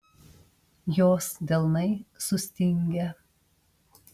jos delnai sustingę